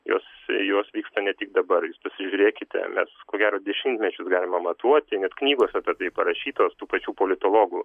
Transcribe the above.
jos jos vyksta ne tik dabar pasižiūrėkite mes ko gero dešimtmečius galima matuoti net knygos apie tai parašytos tų pačių politologų